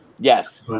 Yes